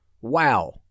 Wow